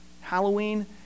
Halloween